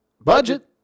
Budget